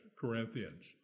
Corinthians